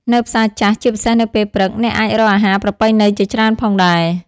នៅផ្សារចាស់ ជាពិសេសនៅពេលព្រឹក អ្នកអាចរកអាហារប្រពៃណីជាច្រើនផងដែរ ។